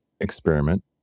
experiment